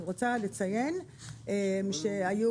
אני רוצה לציין שבמיזוג,